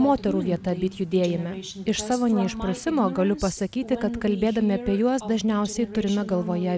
moterų vieta byt judėjime iš savo neišprusimo galiu pasakyti kad kalbėdami apie juos dažniausiai turime galvoje